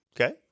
Okay